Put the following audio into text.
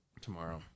tomorrow